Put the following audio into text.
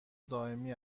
دائمی